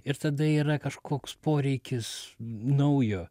ir tada yra kažkoks poreikis naujo